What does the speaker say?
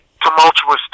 tumultuous